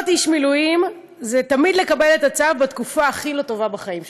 להיות איש מילואים זה תמיד לקבל את הצו בתקופה הכי לא טובה בחיים שלך.